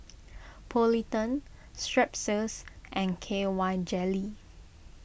Polident Strepsils and K Y Jelly